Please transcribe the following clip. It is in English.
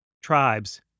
Tribes